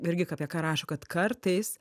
irgi apie ką rašo kad kartais